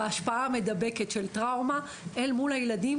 בהשפעה המדבקת של טראומה אל מול הילדים